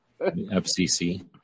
FCC